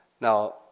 Now